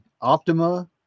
Optima